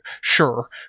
sure